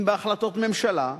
אם בהחלטות ממשלה,